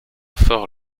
fort